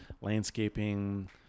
landscaping